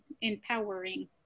Empowering